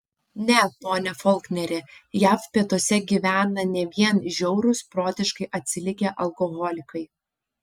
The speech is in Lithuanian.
ne pone folkneri jav pietuose gyvena ne vien žiaurūs protiškai atsilikę alkoholikai